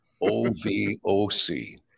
O-V-O-C